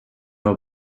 know